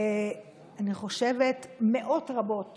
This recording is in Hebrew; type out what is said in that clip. אני חושבת, מאות רבות